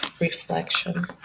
reflection